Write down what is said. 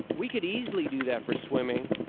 we could easily do that for swimming,